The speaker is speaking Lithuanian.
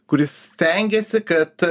kuris stengiasi kad